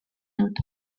dut